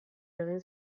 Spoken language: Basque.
egin